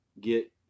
get